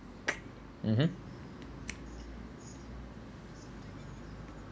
mmhmm